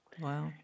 Wow